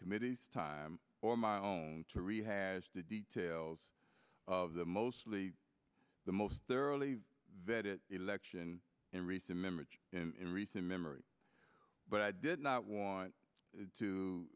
committee's time or my own to rehash the details of the mostly the most thoroughly vetted election in recent memory in recent memory but i did not want to